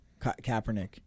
Kaepernick